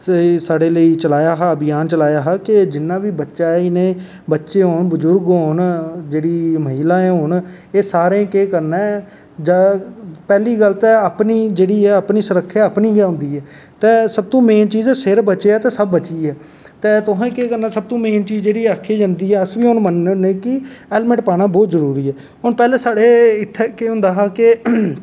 साढ़े लेई चलाया हा अभियान चलाया हा कि जिन्ना बी बच्चा ऐ इन्नै बच्चे होन बजुर्ग होन महिलाएं होन एह् सारें गी केह् करना ऐ पैह्ली गल्ल एह् ऐ अपनी सुरख्या अपनी गै होंदी ऐ ते सब तो मेन चीज ऐ सिर बचेआ ते सब बची गेआ ते तुसें केह् करना सबतो म्न चीज जेह्ड़ी अस बी मनने होने कि हैल्मट पाना बौह्त जरूरी ऐ हून पैह्लोें साढ़े इत्थें केह् होंदा हा के